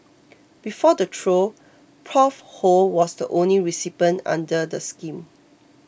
before the trio Prof Ho was the only recipient under the scheme